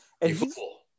beautiful